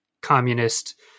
communist